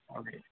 okay